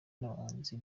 n’abahanzi